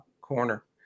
corner